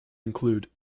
include